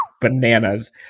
bananas